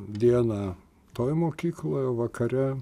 dieną toj mokykloj vakare